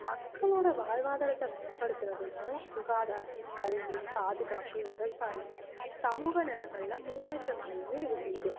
மக்களோடய வாழ்வாதாரத்தை மேம்படுத்துறதுலயும் சுகாதாரம் கல்வி பாதுகாப்பு விவசாயம் சமூக நிலங்களில் முன்னேற்றம் அடையவும் இது செய்யுது